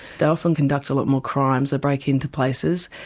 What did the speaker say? they often conduct a lot more crimes, they break into places,